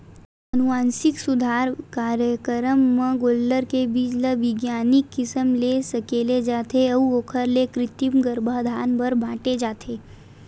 अनुवांसिक सुधार कारयकरम म गोल्लर के बीज ल बिग्यानिक किसम ले सकेले जाथे अउ ओखर ले कृतिम गरभधान बर बांटे जाथे